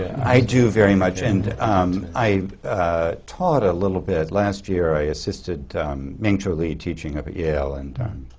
i do very much. and um i taught a little bit. last year, i assisted ming cho lee teaching up at yale. and